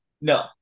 No